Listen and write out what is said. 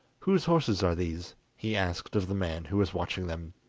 whose horses are these he asked of the man who was watching them.